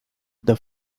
the